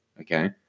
Okay